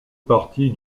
partie